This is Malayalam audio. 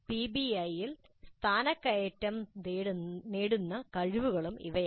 പിബിഐയിൽ സ്ഥാനക്കയറ്റം നേടുന്ന കഴിവുകളും ഇവയാണ്